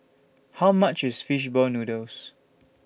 How much IS Fish Ball Noodles